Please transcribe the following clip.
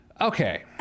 Okay